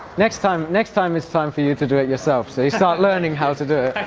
next time next time it's time for you to do it yourself so you start learning how to do it